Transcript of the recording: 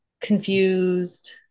confused